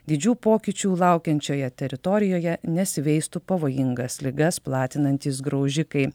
didžių pokyčių laukiančioje teritorijoje nesiveistų pavojingas ligas platinantys graužikai